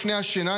לפני השינה,